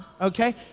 okay